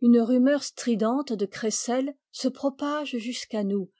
une rumeur stridente de crécelles se propage jusqu'à nous